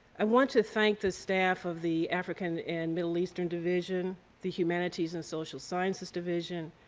i want to thank the staff of the african and middle eastern division, the humanities and social sciences division,